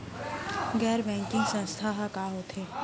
गैर बैंकिंग संस्था ह का होथे?